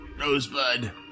Rosebud